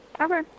Okay